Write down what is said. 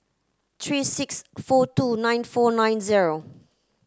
three six four two nine four nine zero